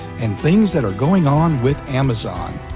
and things that are going on with amazon.